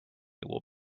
will